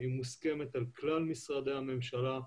היא מוסכמת על כלל משרדי הממשלה,